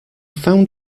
found